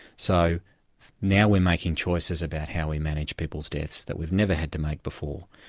so now we're making choices about how we manage people's deaths that we've never had to make before.